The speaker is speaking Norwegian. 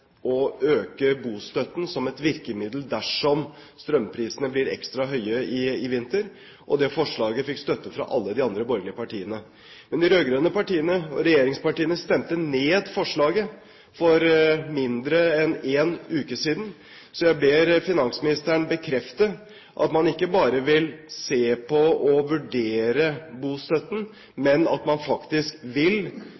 å øke bostøtten som et virkemiddel dersom strømprisene blir ekstra høye i vinter. Det forslaget fikk støtte fra alle de andre borgerlige partiene, men de rød-grønne partiene – regjeringspartiene – stemte ned forslaget for mindre enn én uke siden. Jeg ber finansministeren bekrefte at man ikke bare vil se på og vurdere bostøtten,